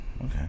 Okay